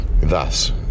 thus